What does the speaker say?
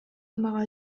мага